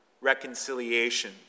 reconciliation